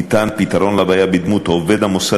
ניתן פתרון לבעיה בדמות עובד המוסד